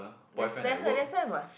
that's lesser that's why must